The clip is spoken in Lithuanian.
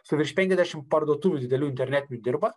suvirš penkiasdešimt parduotuvių didelių internetinių dirba